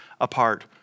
apart